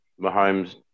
Mahomes